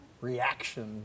reaction